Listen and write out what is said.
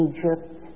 Egypt